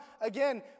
again